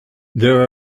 there